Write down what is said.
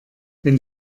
wenn